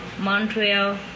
Montreal